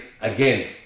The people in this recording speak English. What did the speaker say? again